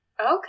Okay